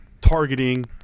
targeting